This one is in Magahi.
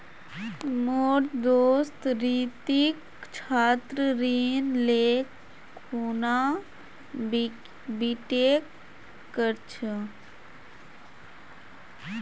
मोर दोस्त रितिक छात्र ऋण ले खूना बीटेक कर छ